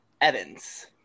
Evans